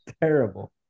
terrible